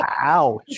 ouch